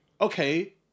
okay